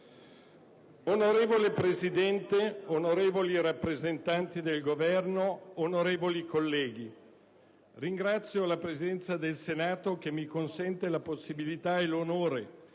Signor Presidente, onorevoli rappresentanti del Governo, onorevoli colleghi, ringrazio la Presidenza del Senato che mi consente la possibilità e l'onore